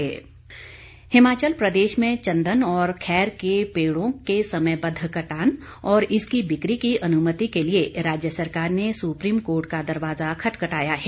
संकल्प जवाब हिमाचल प्रदेश में चंदन और खैर के पेड़ों के समयबद्ध कटान और इसकी बिक्री की अनुमति के लिए राज्य सरकार ने सुप्रीम कोर्ट का दरवाजा खटखटाया है